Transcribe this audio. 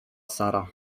sara